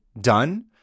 done